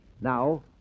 now